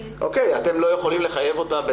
אתם לא יכולים לחייב אותן?